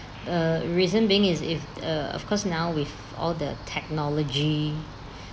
uh reason being is if uh of course now with all the technology